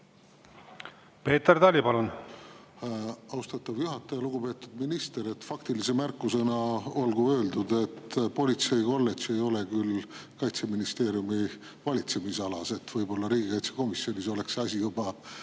Peeter Tali, palun! Austatud juhataja! Lugupeetud minister! Faktilise märkusena olgu öeldud, et politseikolledž ei ole Kaitseministeeriumi valitsemisalas – võib-olla riigikaitsekomisjonis oleks see